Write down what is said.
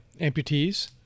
amputees